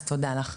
אז תודה לך.